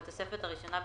בתוספת הראשונה,